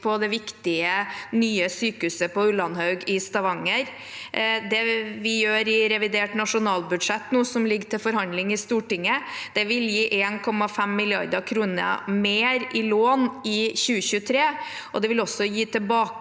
på det viktige nye sykehuset på Ullandhaug i Stavanger. Det vi gjør i revidert nasjonalbudsjett, som nå ligger til behandling i Stortinget, vil gi 1,5 mrd. kr mer i lån i 2023, og det vil også ha